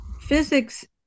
physics